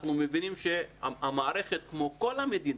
אנחנו מבינים שהמערכת כמו כל המדינה,